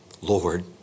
Lord